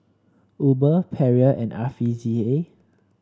Uber Perrier and R V C A